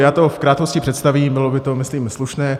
Já to v krátkosti představím, bylo by to, myslím, slušné.